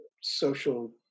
social